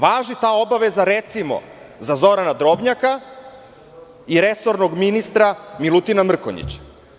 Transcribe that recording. Da li ta obaveza važi, recimo, za Zorana Drobnjaka i resornog ministra Milutina Mrkonjića?